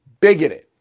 bigoted